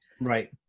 Right